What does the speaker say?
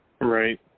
right